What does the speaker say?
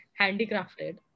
handicrafted